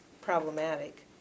problematic